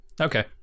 Okay